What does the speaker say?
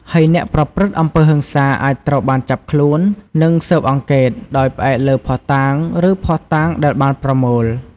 ហើយអ្នកប្រព្រឹត្តអំពើហិង្សាអាចត្រូវបានចាប់ខ្លួន និងស៊ើបអង្កេត: ដោយផ្អែកលើភស្ដុតាង ឬភស្តុតាងដែលបានប្រមូល។